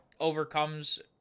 overcomes